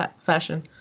fashion